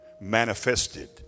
manifested